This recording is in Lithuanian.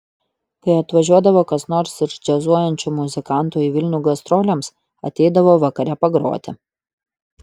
kai atvažiuodavo kas nors iš džiazuojančių muzikantų į vilnių gastrolėms ateidavo vakare pagroti